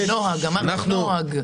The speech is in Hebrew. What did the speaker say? אמרתי נוהג.